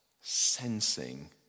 sensing